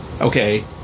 okay